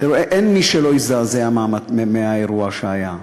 אין מי שלא הזדעזע מהאירוע שהיה,